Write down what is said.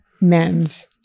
men's